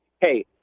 hey